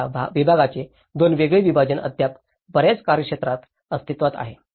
तर या विभागांचे दोन वेगळे विभाजन अद्याप बऱ्याच कार्यक्षेत्रात अस्तित्वात आहे